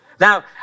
Now